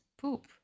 poop